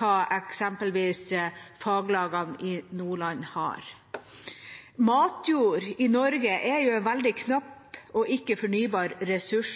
hva eksempelvis faglagene i Nordland har. Matjord i Norge er en veldig knapp og ikke fornybar ressurs.